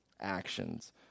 actions